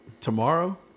tomorrow